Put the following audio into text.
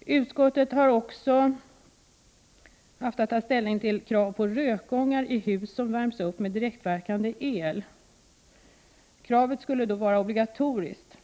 Utskottet har också haft att ta ställning till krav på rökgångar i hus som uppvärms med direktverkande el. Kravet skulle vara obligatoriskt.